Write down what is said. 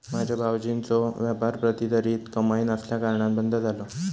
माझ्यो भावजींचो व्यापार प्रतिधरीत कमाई नसल्याकारणान बंद झालो